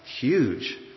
huge